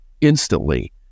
instantly